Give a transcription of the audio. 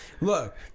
Look